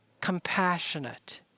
compassionate